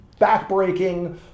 backbreaking